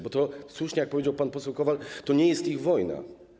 Bo jak słusznie powiedział pan poseł Kowal: to nie jest ich wojna.